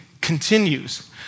continues